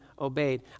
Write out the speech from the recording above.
obeyed